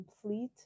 complete